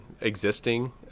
existing